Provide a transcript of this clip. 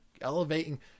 elevating